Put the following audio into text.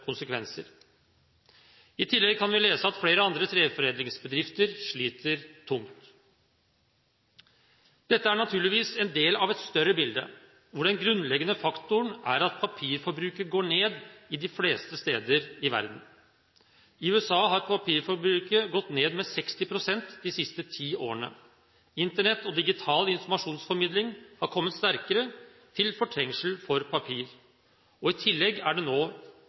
I tillegg kan vi lese at flere andre treforedlingsbedrifter sliter tungt. Dette er naturligvis en del av et større bilde, hvor den grunnleggende faktoren er at papirforbruket går ned de fleste steder i verden. I USA har papirforbruket gått ned med 60 pst. de siste ti årene. Internett og digital informasjonsformidling har kommet sterkere, til fortrengsel for papir. I tillegg er det nå